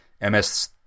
MS